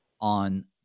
on